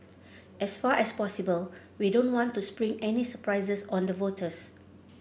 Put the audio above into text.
as far as possible we don't want to spring any surprises on the voters